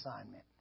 assignment